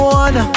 one